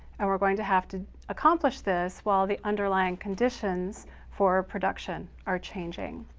and we're going to have to accomplish this while the underlying conditions for production are changing.